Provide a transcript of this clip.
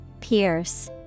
Pierce